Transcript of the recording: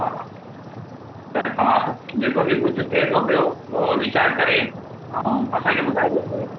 हा त तव्हां सभु जेको बि कुझु थिए थो पियो उहो वीचार करे ऐं असांखे ॿुधाएजो पोइ